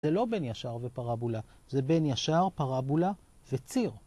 זה לא בין ישר ופרבולה, זה בין ישר, פרבולה וציר.